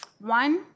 One